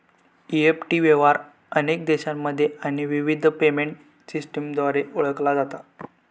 EFT व्यवहार अनेक देशांमध्ये आणि विविध पेमेंट सिस्टमद्वारा ओळखला जाता